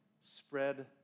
spread